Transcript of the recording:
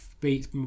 beats